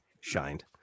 shined